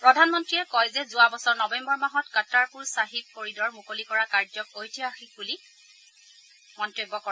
প্ৰধানমন্ত্ৰীয়ে কয় যে যোৱা বছৰ নৱেম্বৰ মাহত কাটাৰপুৰ ছাহিব কৰিডৰ মুকলি কৰা কাৰ্যক ঐতিহাসিক বুলি মন্তব্য কৰে